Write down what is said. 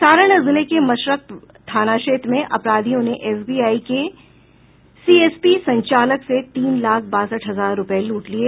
सारण जिले के मशरख थाना क्षेत्र में अपराधियों ने एसबीआई के सीएसपी संचालक से तीन लाख बासठ हजार रूपये लूट लिये